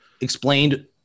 explained